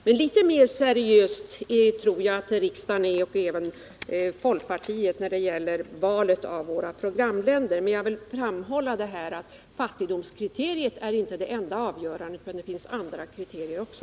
Men jag tror att riksdagen och även folkpartiet är litet mer seriösa när det gäller valet av våra programländer. Jag vill framhålla att fattigdomskriteriet inte är det enda avgörande. Det finns andra kriterier också.